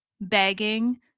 begging